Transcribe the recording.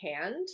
hand